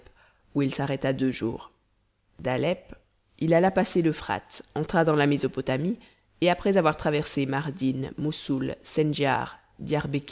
où il s'arrêta deux jours d'halep il alla passer l'euphrate entra dans la mésopotamie et après avoir traversé mardin